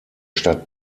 stadt